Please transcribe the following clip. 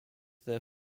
their